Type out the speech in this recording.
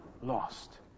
lost